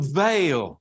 veil